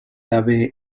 ave